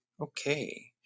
Okay